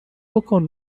بکن